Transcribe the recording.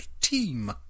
team